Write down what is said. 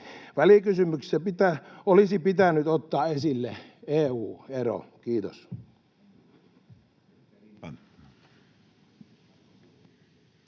Välikysymyksessä olisi pitänyt ottaa esille EU-ero. — Kiitos.